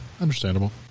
understandable